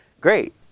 great